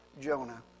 Jonah